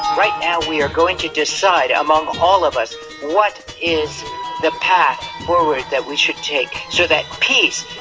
right now we are going to decide among all of us what is the path forward that we should take so that peace,